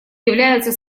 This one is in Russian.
являются